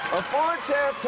four-chair